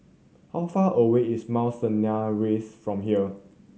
how far away is Mount Sinai Rise from here